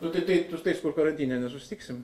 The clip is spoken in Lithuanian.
nu tai tai su tais kur karantine nesusitiksim